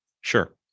sure